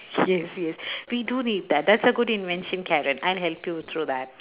yes yes we do need that thats a good invention Karen I help you through that